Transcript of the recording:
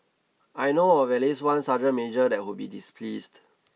I know of at least one sergeant major that would be displeased